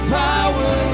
power